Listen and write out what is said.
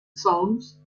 sounds